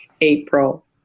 April